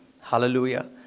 Hallelujah